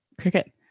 cricket